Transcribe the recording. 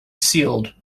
sealed